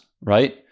right